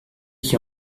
qui